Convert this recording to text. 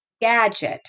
gadget